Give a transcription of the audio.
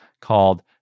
called